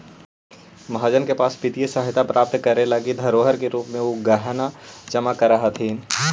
महाजन के पास वित्तीय सहायता प्राप्त करे लगी धरोहर के रूप में उ गहना जमा करऽ हथि